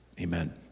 Amen